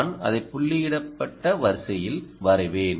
நான் அதை புள்ளியிடப்பட்ட வரிசையில் வரைவேன்